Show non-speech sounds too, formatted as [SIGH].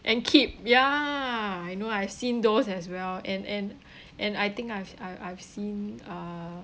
and keep ya I know I've seen those as well and and [BREATH] and I think I've I I've seen uh